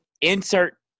insert